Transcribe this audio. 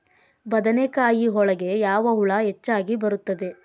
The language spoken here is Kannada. ಬದನೆಕಾಯಿ ಒಳಗೆ ಯಾವ ಹುಳ ಹೆಚ್ಚಾಗಿ ಬರುತ್ತದೆ?